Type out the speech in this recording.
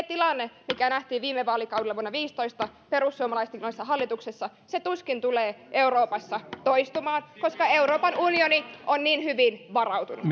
tilanne mikä nähtiin viime vaalikaudella vuonna viisitoista perussuomalaisten ollessa hallituksessa tuskin tulee euroopassa toistumaan koska euroopan unioni on niin hyvin varautunut